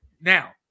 Now